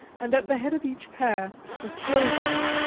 and at the head of each pair a slovak,